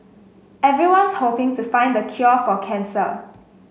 everyone's hoping to find the cure for cancer